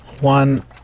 One